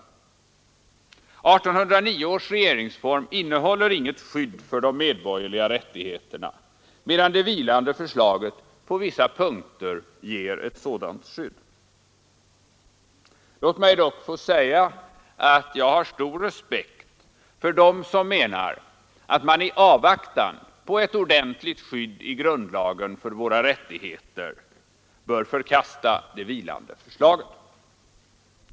1809 års regeringsform innehåller inget skydd för de medborgerliga rättigheterna, medan det vilande förslaget på vissa punkter ger ett sådant skydd. Låt mig dock få säga att jag har stor respekt för dem som menar att man i avvaktan på ett ordentligt skydd i grundlagen för de mänskliga rättigheterna bör förkasta det vilande förslaget.